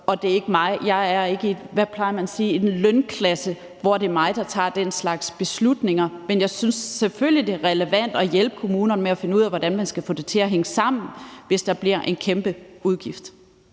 bevidst om. Jeg er ikke i en lønklasse, hvor det er mig, der tager den slags beslutninger. Men jeg synes selvfølgelig, at det er relevant at hjælpe kommunerne med at finde ud af, hvordan de skal få det til at hænge sammen, hvis der bliver en kæmpe udgift.